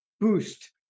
boost